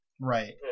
Right